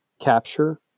capture